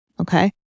Okay